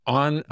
on